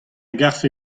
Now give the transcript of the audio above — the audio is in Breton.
garfe